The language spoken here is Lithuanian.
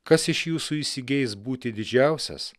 kas iš jūsų įsigeis būti didžiausias